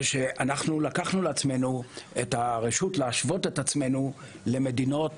אנחנו לקחנו לעצמנו את הרשות להשוות את עצמנו בדרך כלל למדינות